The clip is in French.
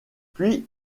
puis